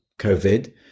COVID